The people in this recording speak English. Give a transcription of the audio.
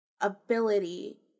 ability